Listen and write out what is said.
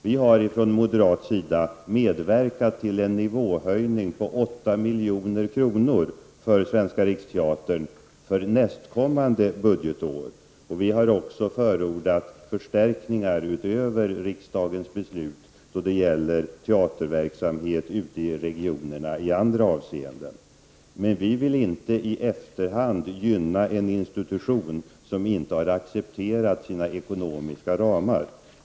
Vi har från moderat sida medverkat till en nivåhöjning på 8 miljoner för Svenska riksteatern för nästkommande budgetår, och vi har även förordat förstärkningar utöver riksdagens beslut när det gäller teaterverksamheten ute i regioner i andra avseenden. Men vi moderater vill inte i efterhand gynna en institution som inte har accepterat sina ekonomiska ramar.